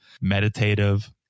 meditative